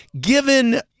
given